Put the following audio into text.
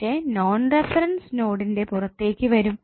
പക്ഷെ non reference നൊടിന്റെ പുറത്തേക് വരും